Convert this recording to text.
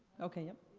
ok,